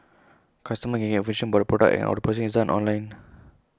customers can get information about the product and all the processing is online